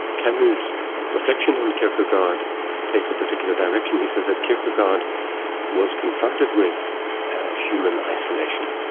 camus' reflection on kierkegaard takes a particular direction. he says that kierkegaard was confronted with human isolation,